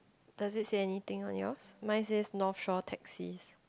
does it say anything on yours mine says North Shore taxis